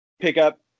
pickup